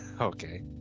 Okay